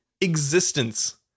existence